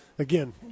Again